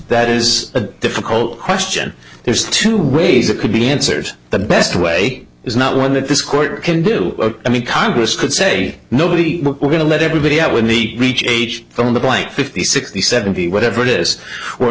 that is a difficult question there's two ways it could be answered the best way is not one that this court can do i mean congress could say nobody we're going to let everybody out when the reach age on the blank fifty sixty seventy whatever it is